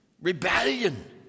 rebellion